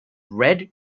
red